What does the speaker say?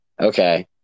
okay